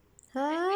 !huh!